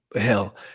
Hell